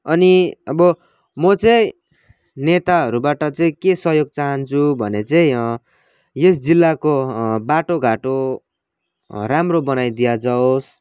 अनि अब म चाहिँ नेताहरूबाट चाहिँ के सहयोग चहान्छु भने चाहिँ यस जिल्लाको बाटोघाटो राम्रो बनाइ दियाजाओस्